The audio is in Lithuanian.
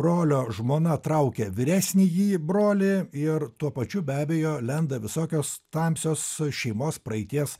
brolio žmona traukia vyresnįjį brolį ir tuo pačiu be abejo lenda visokios tamsios šeimos praeities